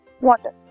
water